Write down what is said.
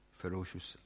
ferocious